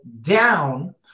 down